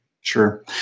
Sure